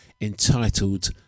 entitled